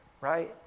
right